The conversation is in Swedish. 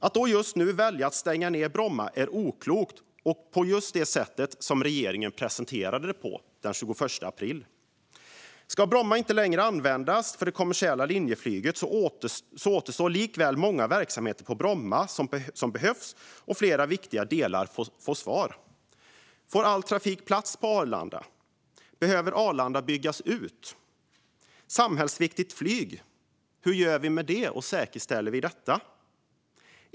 Att välja att stänga ned Bromma just nu vore oklokt. Även det sätt som regeringen presenterade detta på den 21 april är oklokt, för även om Bromma inte längre ska användas för det kommersiella linjeflyget återstår många verksamheter som behövs på Bromma. Flera viktiga frågor behöver besvaras. Får all trafik plats på Arlanda? Behöver Arlanda byggas ut? Hur säkerställer vi samhällsviktigt flyg?